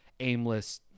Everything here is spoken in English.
Aimless